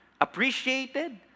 appreciated